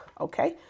okay